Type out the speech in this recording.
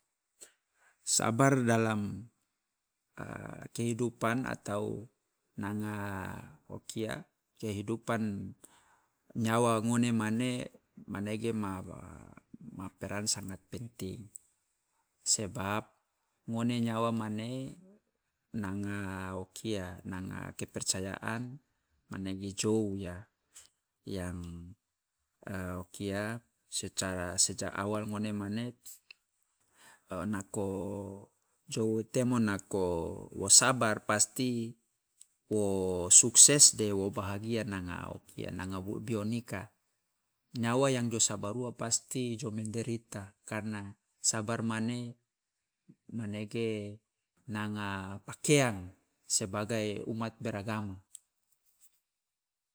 Sabar dalam kehidupan atau nanga o kia kehidupan nyawa ngone mane manege ma peran sangat penting, sebab ngone nyawa mane nanga o kia nanga kepercayaan manege jou ya, yang o kia secara sejak awal ngone mane nako jou temo nako wo sabar pasti wo sukses de wo bahagia nanga o kia nanga wo bionika, nyawa yang jo sabar ua pasti jo menderita karena sabar mane manege nanga pakeang sebagai umat beragama.